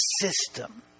system